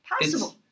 possible